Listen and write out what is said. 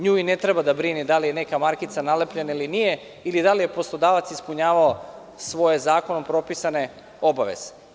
Nju i ne treba da brine da li je neka markica nalepljena ili nije, ili da li je poslodavac ispunjavao svoje zakonom propisane obaveze.